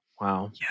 wow